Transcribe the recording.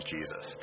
Jesus